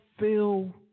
feel